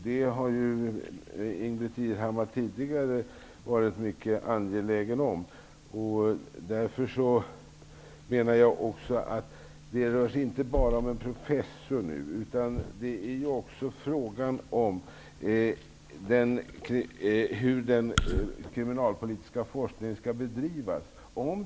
Det har Ingbritt Irhammar tidigare varit mycket angelägen om. Det rör sig inte bara om en professor. Det är också frågan om hur den kriminalpolitiska forskningen skall bedrivas.